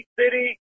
city